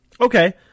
Okay